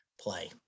play